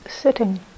sitting